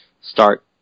start